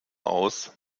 aus